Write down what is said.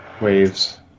waves